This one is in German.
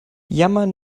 jammern